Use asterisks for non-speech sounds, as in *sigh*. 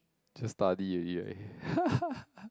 just study already right *laughs*